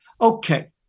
Okay